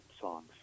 songs